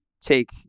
take